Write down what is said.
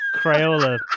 Crayola